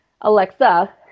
Alexa